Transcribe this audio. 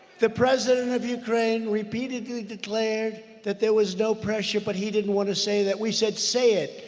the president of ukraine repeatedly declared that there was no pressure, but he didn't want to say that. we said, say it.